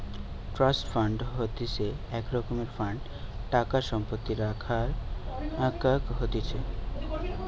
trust fund হইসে এক রকমের ফান্ড টাকা সম্পত্তি রাখাক হতিছে